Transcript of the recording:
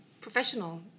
professional